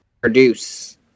produce